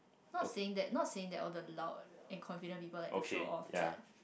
not saying that not saying that all the loud and confident people like to show off but